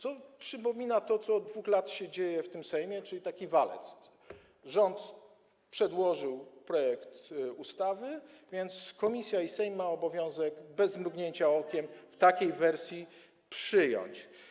To przypomina to, co od 2 lat się dzieje w tym Sejmie, czyli taki walec - rząd przedłożył projekt ustawy, więc komisja i Sejm mają obowiązek bez mrugnięcia okiem w takiej wersji go przyjąć.